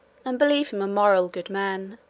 and believe him a moral good man.